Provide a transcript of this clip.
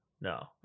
No